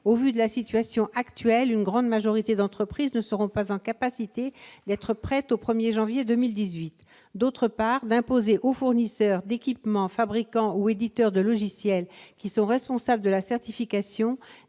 au vu de la situation actuelle, une grande majorité d'entreprises ne seront pas en capacité d'être prêtes au 1 janvier 2018. D'autre part, il tend à imposer aux fournisseurs d'équipement, fabricants ou éditeurs de logiciel, qui sont responsables de la certification,